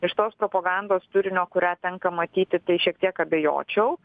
iš tos propagandos turinio kurią tenka matyti tai šiek tiek abejočiau